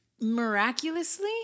miraculously